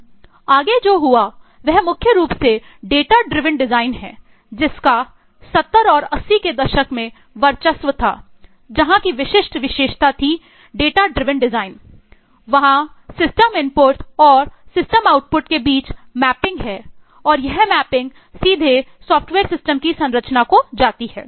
आगे जो हुआ वह मुख्य रूप से डेटा ड्रिविन डिजाइन की संरचना को जाती है